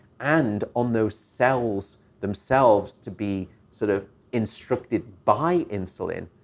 and on those cells themselves to be sort of instructed by insulin,